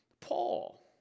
Paul